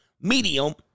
medium